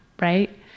right